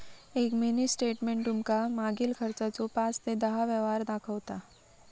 एक mini statement तुमका मागील खर्चाचो पाच ते दहा व्यवहार दाखवता